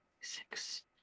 six